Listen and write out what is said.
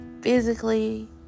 physically